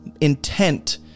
intent